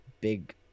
big